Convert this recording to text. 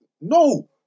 No